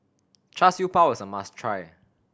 Char Siew Bao is a must try